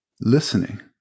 listening